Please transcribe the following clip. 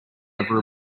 over